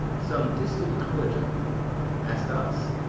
some distant knowledge of him as thus,